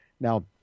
Now